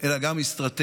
אלא גם אסטרטגיה.